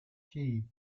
key